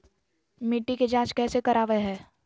मिट्टी के जांच कैसे करावय है?